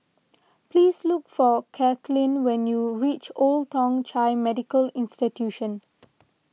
please look for Kathleen when you reach Old Thong Chai Medical Institution